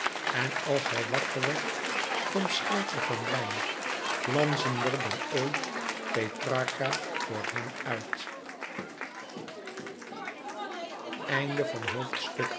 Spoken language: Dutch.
en als hij waklouis couperus metamorfoze ker werd stond scherper van lijn glanzender dan ooit petrarca voor hem uit